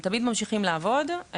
הם תמיד ממשיכים לעבוד.